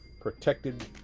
protected